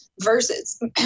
versus